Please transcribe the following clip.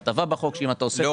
ההטבה בחוק -- בתיאוריה.